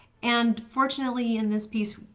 and fortunately in this piece,